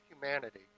humanity